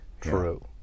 True